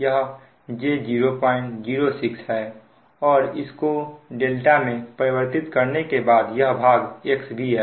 यह j006 है और इसको ∆ में परिवर्तित करने के बाद यह भाग XB है